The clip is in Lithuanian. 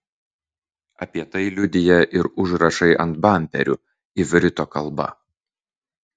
apie tai liudija ir užrašai ant bamperių ivrito kalba